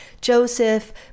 Joseph